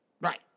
Right